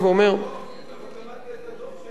לא קראת את הדוח, הדוח אומר שהיא לא כובשת.